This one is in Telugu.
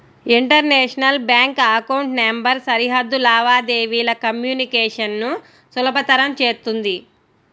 ఇంటర్నేషనల్ బ్యాంక్ అకౌంట్ నంబర్ సరిహద్దు లావాదేవీల కమ్యూనికేషన్ ను సులభతరం చేత్తుంది